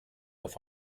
auf